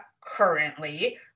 currently